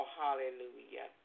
hallelujah